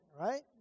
right